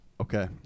Okay